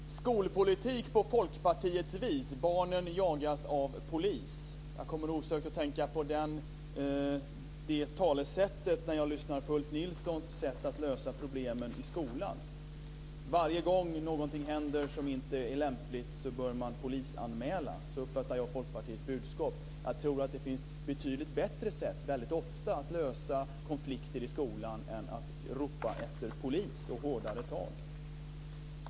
Fru talman! Skolpolitik på Folkpartiets vis - barnen jagas av polis. Jag kommer osökt att tänka på det talesättet när jag lyssnar på Ulf Nilssons sätt att lösa problemen i skolan. Varje gång någonting händer som inte är lämpligt bör man polisanmäla - så uppfattar jag Folkpartiets budskap. Jag tror att det väldigt ofta finns betydligt bättre sätt att lösa konflikter i skolan än att ropa efter polis och hårdare tag.